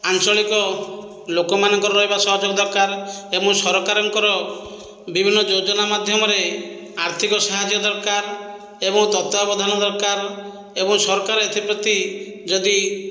ଆଞ୍ଚଳିକ ଲୋକମାନଙ୍କର ରହିବା ସହଯୋଗ ଦରକାର ଏବଂ ସରକାରଙ୍କ ବିଭିନ୍ନ ଯୋଜନା ମାଧ୍ୟମରେ ଆର୍ଥିକ ସାହାଯ୍ୟ ଦରକାର ଏବଂ ତତ୍ତ୍ଵାବଧାନ ଦରକାର ଏବଂ ସରକାର ଏଥିପ୍ରତି ଯଦି